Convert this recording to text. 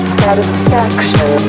satisfaction